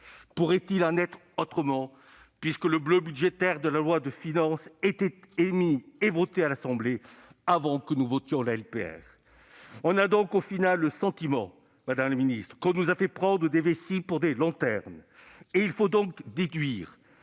Pouvait-il en être autrement, puisque le bleu budgétaire de la loi de finances était émis et voté à l'Assemblée nationale avant que nous ne votions la LPR ? On a au final le sentiment qu'on nous a fait prendre des vessies pour des lanternes. Il faut donc déduire